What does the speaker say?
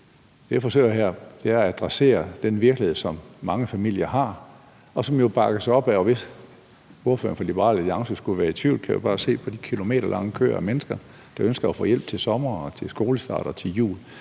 forbi skiven. Jeg adresserer den virkelighed, som mange familier har. Og hvis ordføreren for Liberal Alliance skulle være i tvivl, kan man jo bare se på de kilometerlange køer af mennesker, der ønsker at få hjælp til sommer, til skolestart og til jul.